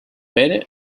pere